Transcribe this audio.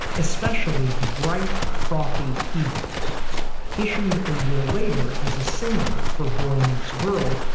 especially the bright, frothy keyboards issued a year later as a single for boy meets girl.